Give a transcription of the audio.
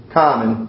common